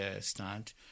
stand